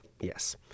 yes